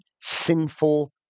sinful